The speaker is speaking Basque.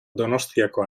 donostiako